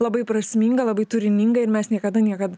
labai prasminga labai turininga ir mes niekada niekad